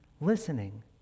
listening